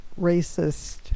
racist